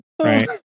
Right